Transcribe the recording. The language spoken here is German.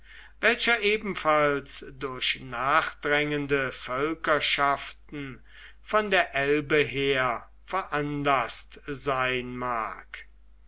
welcher ebenfalls durch nachdrängende völkerschaften von der elbe her veranlaßt sein mag